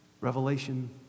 Revelation